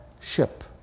ship